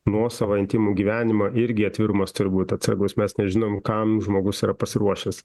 nuosavą intymų gyvenimą irgi atvirumas turi būt atsargus mes nežinom kam žmogus yra pasiruošęs